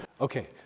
Okay